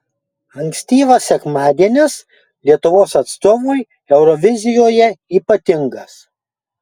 ankstyvas sekmadienis lietuvos atstovui eurovizijoje ypatingas